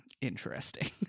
Interesting